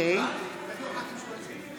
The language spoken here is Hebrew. בעד צבי האוזר,